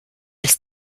ist